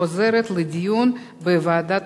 לוועדת